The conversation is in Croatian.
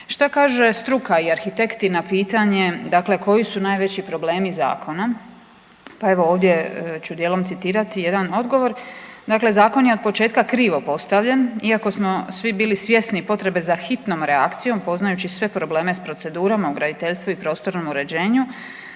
Što kaže struka i arhitekti na pitanje dakle koji su najveći problemi zakona? Pa evo ovdje ću dijelom citirati jedan odgovor. Dakle, zakon je od početka krivo postavljen iako smo svi bili svjesni potrebe za hitnom reakcijom poznajući sve probleme s procedurama u graditeljstvu i prostornom uređenju